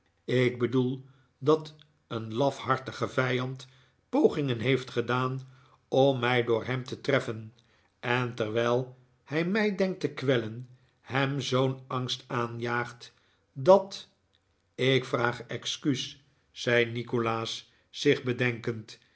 ik bedoel dat een lafhartige vijand pogingen heeft gedaan om mij door hem te treffen en ter wijl hij mij denkt te kwellen hem zoo'n angst aanjaagt dat ik vraag excuus zei nikolaas zich bedenkend